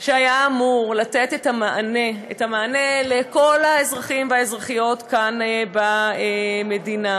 שהיה אמור לתת את המענה לכל האזרחים והאזרחיות כאן במדינה.